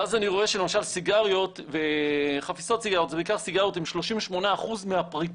ואז אני רואה שלוש סיגריות חפיסות סיגריות זה נקרא הם 38% מהפריטים.